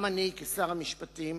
גם אני כשר המשפטים